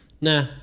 Nah